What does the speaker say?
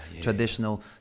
traditional